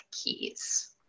keys